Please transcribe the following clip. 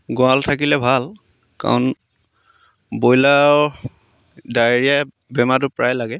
গড়াল থাকিলে ভাল কাৰণ ব্ৰইলাৰৰ ডায়েৰীয়া বেমাৰটো প্ৰায় লাগে